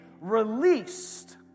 released